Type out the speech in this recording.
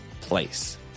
place